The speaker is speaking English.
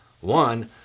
one